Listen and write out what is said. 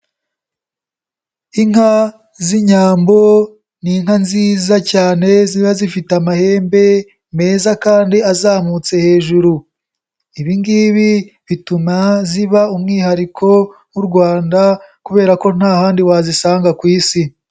Inka z'Inyambo ni inka nziza cyane ziba zifite amahembe meza kandi azamutse hejuru. Ibi ngibi bituma ziba umwihariko w'u Rwanda kubera ko nta handi wazisanga ku Isi.